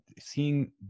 seeing